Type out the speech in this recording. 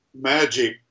Magic